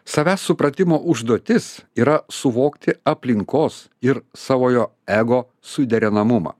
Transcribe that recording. savęs supratimo užduotis yra suvokti aplinkos ir savojo ego suderinamumą